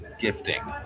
gifting